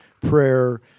prayer